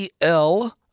EL